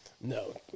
No